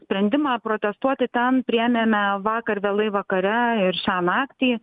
sprendimą protestuoti ten priėmėme vakar vėlai vakare ir šią naktį